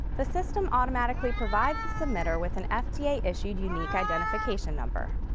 the system automatically provides the submitter with an fda-issued unique identification number.